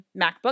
MacBook